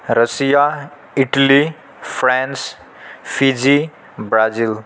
Russia Italy France Fiji Brazil